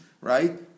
right